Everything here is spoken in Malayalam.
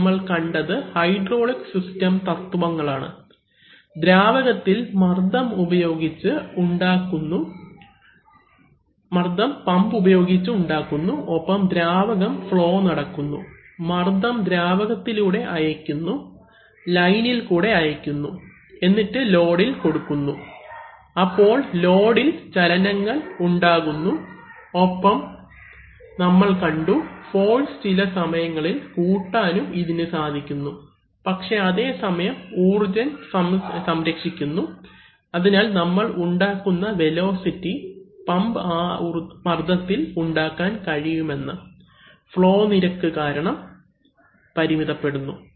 ഇന്ന് നമ്മൾ കണ്ടത് ഹൈഡ്രോളിക് സിസ്റ്റം തത്വങ്ങളാണ് ദ്രാവകത്തിൽ മർദ്ദം പമ്പ് ഉപയോഗിച്ച് ഉണ്ടാക്കുന്നു ഒപ്പം ദ്രാവകം ഫ്ളോ നടക്കുന്നു മർദ്ദം ദ്രാവകത്തിലുടെ അയക്കുന്നു ലൈനിൽ കൂടെ അയക്കുന്നു എന്നിട്ട് ലോഡിൽ കൊടുക്കുന്നു അപ്പോൾ ലോഡിൽ ചലനങ്ങൾ ഉണ്ടാകുന്നു ഒപ്പം നമ്മൾ കണ്ടു ഫോഴ്സ് ചില സമയങ്ങളിൽ കൂട്ടാനും ഇതിനു സാധിക്കുന്നു പക്ഷേ അതേസമയം ഊർജ്ജം സംരക്ഷിക്കുന്നു അതിനാൽ നമ്മൾ ഉണ്ടാക്കുന്ന വെലോസിറ്റി പമ്പ് ആ മർദ്ദത്തിൽ ഉണ്ടാക്കാൻ കഴിയുന്ന ഫ്ളോ നിരക്ക് കാരണം പരിമിതപ്പെടുന്നു